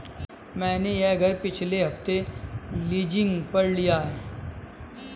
मैंने यह घर पिछले हफ्ते लीजिंग पर लिया है